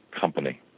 Company